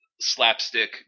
slapstick